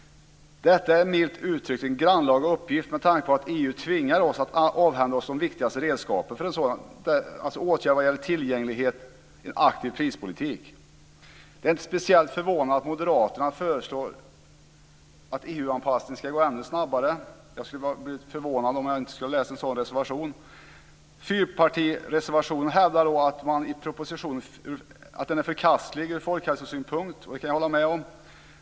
Detta är milt uttryckt en grannlaga uppgift med tanke på att EU tvingar oss att avhända oss de viktigaste redskapen för en sådan, dvs. åtgärder vad gäller tillgänglighet och en aktiv prispolitik. Det är inte speciellt förvånande att moderaterna föreslår att EU-anpassningen ska gå ännu snabbare. Jag skulle ha blivit förvånad om jag inte läst en sådan reservation. I fyrpartireservationen hävdar man att propositionen är förkastlig ur folkhälsosynpunkt, och det kan jag hålla med om.